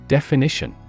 Definition